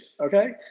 okay